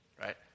right